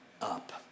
up